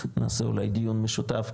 נעשה אולי דיון משותף,